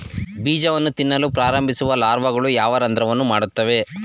ಬೀಜವನ್ನು ತಿನ್ನಲು ಪ್ರಾರಂಭಿಸುವ ಲಾರ್ವಾಗಳು ಯಾವ ರಂಧ್ರವನ್ನು ಮಾಡುತ್ತವೆ?